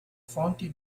fonti